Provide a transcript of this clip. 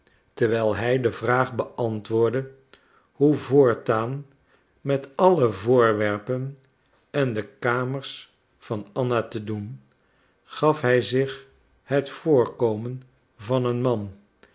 terwijl hij de vraag beantwoordde hoe voortaan met alle voorwerpen en de kamers van anna te doen gaf hij zich het voorkomen van een man